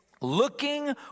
Looking